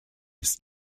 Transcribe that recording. ist